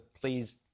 please